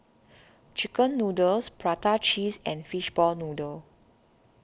Chicken Noodles Prata Cheese and Fishball Noodle